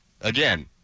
Again